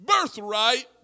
birthright